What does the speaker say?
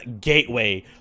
gateway